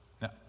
Now